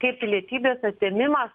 kaip pilietybės atėmimas